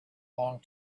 long